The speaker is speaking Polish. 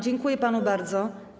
Dziękuję panu bardzo.